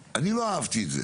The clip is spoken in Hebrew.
אני לא אהבתי את זה